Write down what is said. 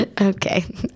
Okay